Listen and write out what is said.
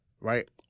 Right